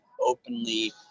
openly